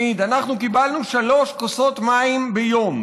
מעיד: קיבלנו שלוש כוסות מים ביום,